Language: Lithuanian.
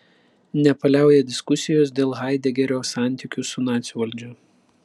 nepaliauja diskusijos dėl haidegerio santykių su nacių valdžia